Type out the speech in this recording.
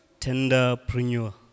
tenderpreneur